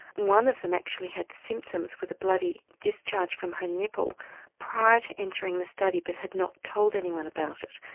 one of them actually had symptoms with a bloody discharge from her nipple prior to entering the study but had not told anyone about it.